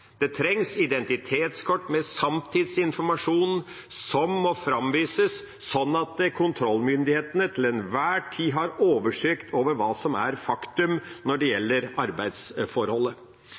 Det trengs identitetskort med sanntidsinformasjon, som må framvises, slik at kontrollmyndighetene til enhver tid har oversikt over hva som er fakta når det gjelder arbeidsforholdet.